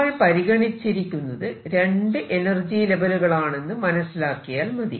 നമ്മൾ പരിഗണിച്ചിരിക്കുന്നത് രണ്ടു എനർജി ലെവലുകളാണെന്ന് മനസിലാക്കിയാൽ മതി